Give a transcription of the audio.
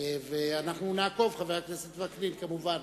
ואנחנו נעקוב, חבר הכנסת וקנין, כמובן.